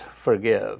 forgive